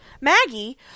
Maggie